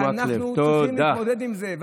אנחנו צריכים להתמודד עם זה הרב אורי מקלב, תודה.